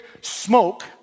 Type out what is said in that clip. smoke